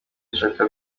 shakhtar